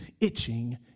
itching